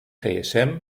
gsm